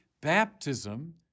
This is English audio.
baptism